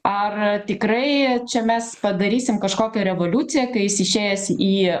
ar tikrai čia mes padarysim kažkokią revoliuciją kai jis išėjęs į